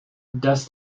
dass